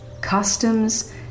customs